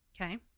Okay